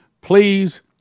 please